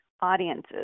audiences